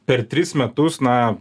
per tris metus na